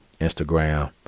Instagram